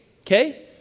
okay